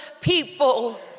people